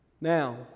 Now